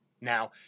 Now